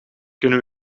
kunnen